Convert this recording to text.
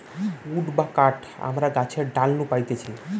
would বা কাঠ আমরা গাছের ডাল নু পাইতেছি